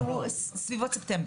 סביבות ספטמבר.